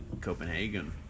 Copenhagen